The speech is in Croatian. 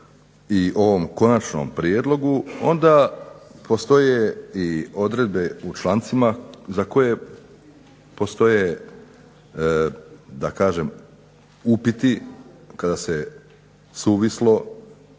i ovom konačnom prijedlogu, onda postoje i odredbe u člancima za koje postoje da kažem upiti kada se suvislo